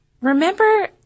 remember